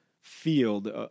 field